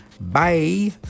Bye